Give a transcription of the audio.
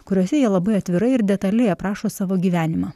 kuriose jie labai atvirai ir detaliai aprašo savo gyvenimą